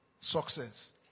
success